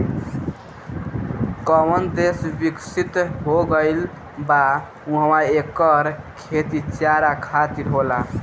जवन देस बिकसित हो गईल बा उहा एकर खेती चारा खातिर होला